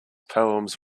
poems